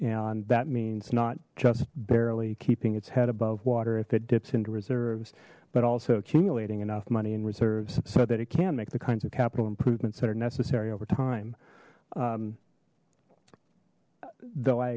and that means not just barely keeping its head above water if it dips into reserves but also accumulating enough money in reserves so that it can make the kinds of capital improvements that are necessary over time though i